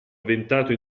avventato